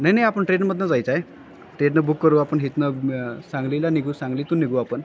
नाही नाही आपण ट्रेनमधनं जायचं आहे ट्रेननं बुक करू आपण इथनं सांगलीला निघू सांगलीतून निघू आपण